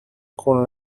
con